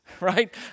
right